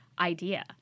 idea